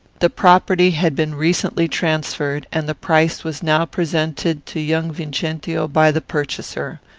the property had been recently transferred, and the price was now presented to young vincentio by the purchaser.